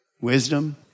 Wisdom